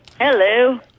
Hello